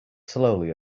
slowly